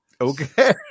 Okay